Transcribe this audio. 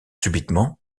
subitement